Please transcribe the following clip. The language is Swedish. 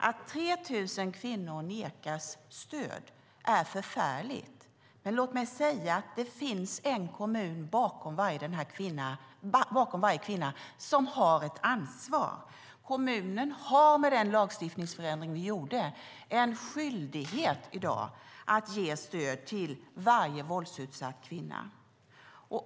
Att 3 000 kvinnor nekas stöd är förfärligt, men låt mig säga att det finns en kommun bakom varje kvinna som har ett ansvar. Kommunen har i dag, med den lagändring vi gjorde, en skyldighet att ge stöd till varje våldsutsatt kvinna.